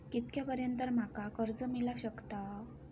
कितक्या पर्यंत माका कर्ज मिला शकता?